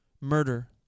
murder